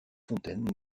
fontaines